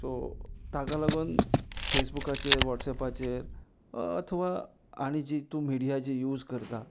so ताका लागून फेसबुकाचेर वॉट्सॅपाचेर अथवा आनी जी तूं मिडिया जी यूज करता